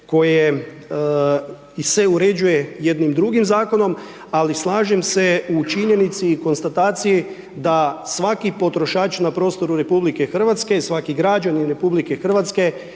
koje se uređuje jednim drugim zakonom ali slažem se u činjenici i konstataciji da svaki potrošač na prostoru RH i svaki građanin RH